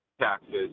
taxes